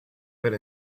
were